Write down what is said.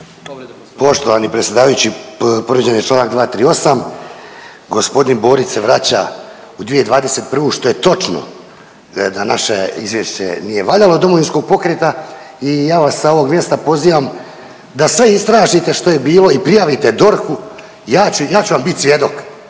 Poštovani predsjedavajući, povrijeđen je čl. 238., g. Borić se vraća u 2021., što je točno da naše izvješće nije valjalo Domovinskog pokreta i ja vas sa ovog mjesta pozivam da sve istražite što je bilo i prijavite DORH-u, ja ću, ja ću vam bit svjedok,